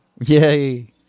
Yay